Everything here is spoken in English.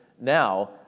now